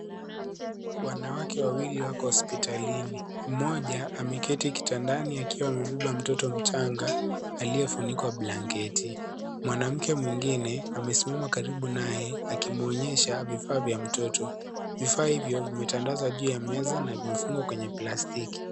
Wanawake wawili wako hospitalini. Mmoja ameketi kitandani akiwa amebeba mtoto mchanga, aliyefunikwa blanketi. Mwanamke mwingine, amesimama karibu na yeye akimwonyesha vifaa vya mtoto. Vifaa hivyo vimetandazwa juu meza na vimefungwa kwenye plastiki.